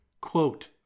quote